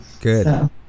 Good